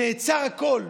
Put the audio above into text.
נעצר הכול.